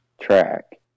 track